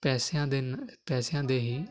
ਪੈਸਿਆਂ ਦੇ ਨਾਲ ਪੈਸਿਆਂ ਦੇ ਹੀ